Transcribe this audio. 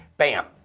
Bam